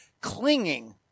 clinging